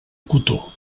cotó